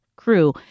crew